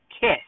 kiss